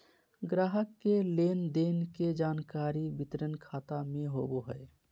ग्राहक के लेन देन के जानकारी वितरण खाता में होबो हइ